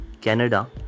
Canada